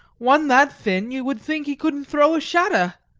one that thin you would think he couldn't throw a shadder.